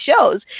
shows